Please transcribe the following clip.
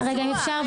אם אפשר,